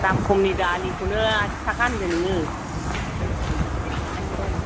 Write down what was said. दाम खमनि दालिखौनो आसिथाखा होनदो नोङो फनसाच साइथ थाखानि दालिखौनो